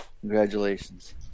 Congratulations